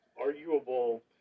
arguable